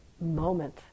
moment